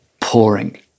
pouring